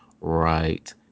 right